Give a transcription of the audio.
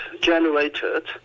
generated